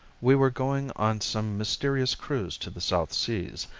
we were going on some mysterious cruise to the south seas,